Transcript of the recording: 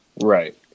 Right